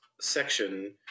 section